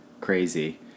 crazy